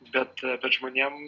bet kad žmonėm